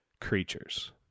creatures